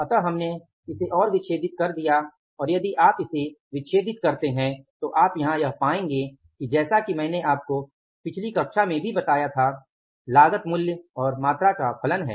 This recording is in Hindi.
अतः हमने इसे और विच्छेदित कर दिया और यदि आप इसे विच्छेदित करते हैं तो आप यहां यह पाएंगे कि जैसा कि मैंने आपको पिछली कक्षा में भी बताया था लागत मूल्य और मात्रा का फलन है